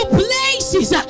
places